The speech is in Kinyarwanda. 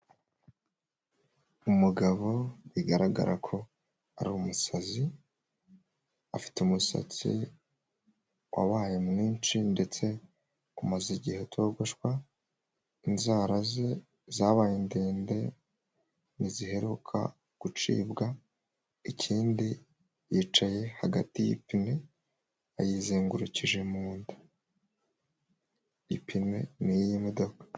Umugabo bigaragara ko ari umusazi afite umusatsi wabaye mwinshi ndetse umaze igihe utogoshwa, inzara ze zabaye ndende ntiziheruka gucibwa, ikindi yicaye hagati y'ipine ayizengurukije mu nda ipine ni iy'imodoka.